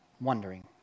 wondering